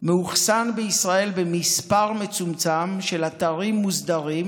מאוחסן בישראל במספר מצומצם של אתרים מוסדרים,